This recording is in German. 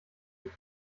wie